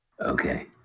Okay